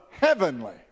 heavenly